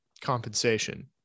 compensation